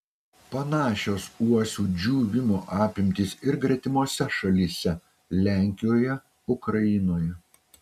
panašios uosių džiūvimo apimtys ir gretimose šalyse lenkijoje ukrainoje